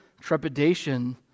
trepidation